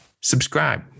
subscribe